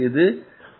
அது 2995